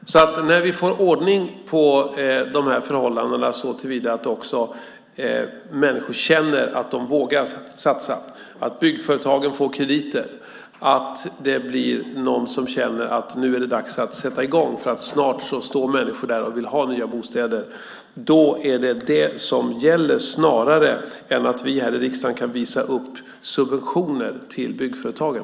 När vi får ordning på de här förhållandena, såtillvida att människor känner att de vågar satsa, att byggföretagen får krediter och att det finns någon som känner att det är dags att sätta i gång därför att människor snart står där och vill ha nya bostäder, är det detta som gäller, snarare än att vi här i riksdagen kan visa upp subventioner till byggföretagen.